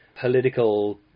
political